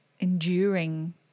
enduring